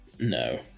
No